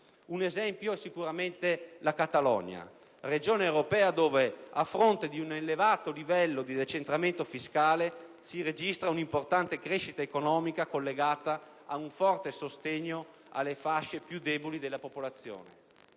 Un esempio è sicuramente la Catalogna, una regione europea dove a fronte di un elevato livello di decentramento fiscale si registra un'importante crescita economica, collegata ad un forte sostegno alle fasce più deboli della popolazione.